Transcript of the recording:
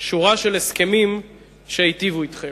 שורה של הסכמים שהיטיבו אתכם?